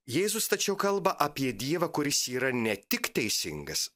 jėzus tačiau kalba apie dievą kuris yra ne tik teisingas